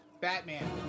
Batman